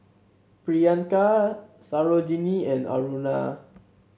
Priyanka Sarojini and Aruna